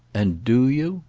and do you?